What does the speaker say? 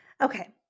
Okay